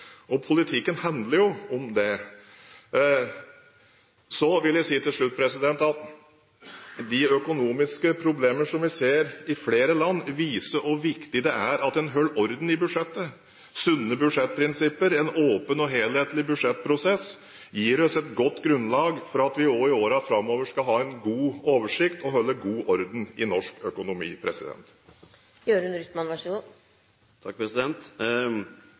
Politikken handler jo om det. Så vil jeg til slutt si at de økonomiske problemene som vi ser i flere land, viser hvor viktig det er at en holder orden i budsjettet. Sunne budsjettprinsipper og en åpen og helhetlig budsjettprosess gir oss et godt grunnlag for at vi også i årene framover skal ha en god oversikt og holde god orden i norsk økonomi.